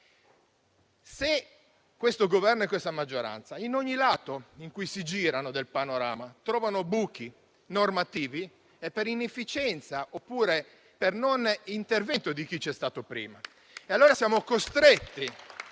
Se questo Governo e questa maggioranza, ad ogni lato del panorama verso cui si girano, trovano buchi normativi è per inefficienza oppure per non intervento di chi c'è stato prima. Allora siamo costretti,